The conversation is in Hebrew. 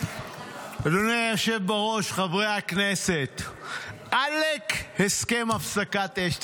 אדוני היושב בראש, חברי הכנסת, עלק הסכם הפסקת אש.